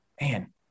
man